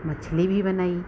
मछली भी बनाई